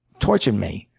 tortured me.